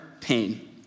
pain